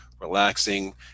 relaxing